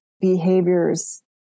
behaviors